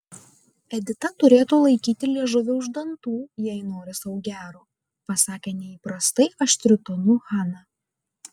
edita turėtų laikyti liežuvį už dantų jei nori sau gero pasakė neįprastai aštriu tonu hana